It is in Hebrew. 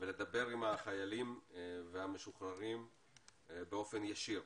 ולדבר עם החיילים והמשוחררים באופן ישיר.